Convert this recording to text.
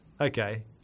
okay